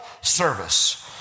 service